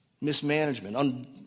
mismanagement